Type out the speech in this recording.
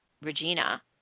Regina